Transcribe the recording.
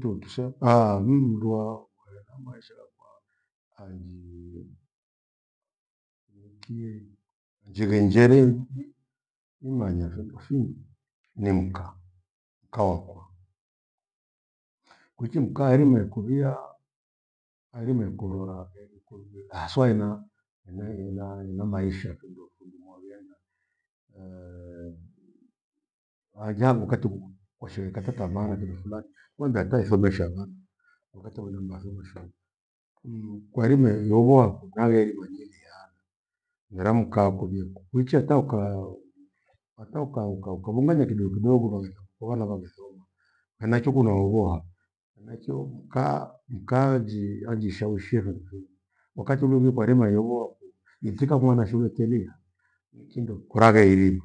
Tuempusha haana mdwaa kuwe na maisha ghakwa hanji, nki njingenjeri i- imanya findo fingi nimka- mka wakwa. Kwiichi mka airima ikovia airima ikorora verikurire haswa hena- hena- hena maisha kindo- kindo mwavie na hanja wakatiwo washighe kata tamaa na kindo fulani, kwanza ata ithomesha vana wakati mwenu ndio wasoma shule. Kwairime iyoghoha nagheriwa nyiliha mera mkaa kovieku kuicha ata ukaa- ata uka- uka ukabunghanya kidogo kidogo vaghenda uko vana vakithoma henachio kunaongoa henachio mkaa- mkaa njii- anjishaiwishi rukwenyi. Wakati ule ulekwarima yevowathi itika mwana shule tenigha ni kindo koraghaeirima,